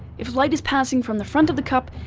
if light is passing from the front of the cup,